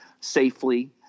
safely